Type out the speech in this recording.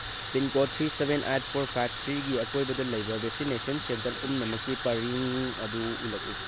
pin code three seven eight four five ꯊ꯭ꯔꯤꯒꯤ ꯑꯀꯣꯏꯕꯗ ꯂꯩꯕ ꯚꯦꯛꯁꯤꯅꯦꯁꯟ ꯁꯦꯟꯇꯔ ꯄꯨꯝꯅꯃꯛꯀꯤ ꯄꯔꯤꯡ ꯑꯗꯨ ꯎꯠꯂꯛꯎ